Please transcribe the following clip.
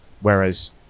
Whereas